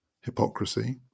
hypocrisy